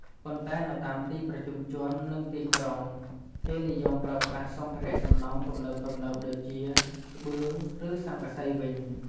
ប៉ុន្តែនៅតាមទីប្រជុំជន និងទីក្រុង គេនិយមប្រើប្រាស់សម្ភារៈសំណង់ទំនើបៗដូចជា ក្បឿង ឬស័ង្កសីវិញ។